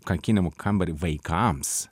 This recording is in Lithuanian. kankinimų kambarį vaikams